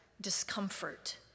discomfort